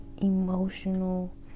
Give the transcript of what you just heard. emotional